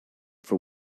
for